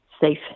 safe